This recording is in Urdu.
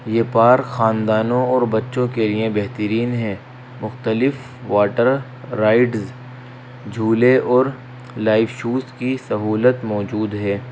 یہ پارک خاندانوں اور بچوں کے لیے بہترین ہیں مختلف واٹر رائڈز جھولے اور لائف شوز کی سہولت موجود ہے